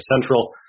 Central